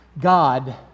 God